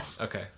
Okay